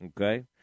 okay